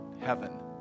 heaven